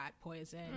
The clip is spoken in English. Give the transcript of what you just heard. poison